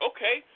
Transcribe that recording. Okay